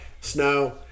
snow